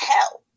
Hell